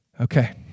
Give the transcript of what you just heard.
Okay